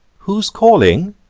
who's calling?